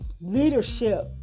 leadership